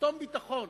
שסתום ביטחון,